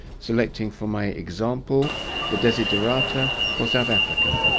selecting for my example the desiderata for south africa.